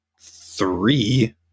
three